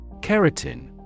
Keratin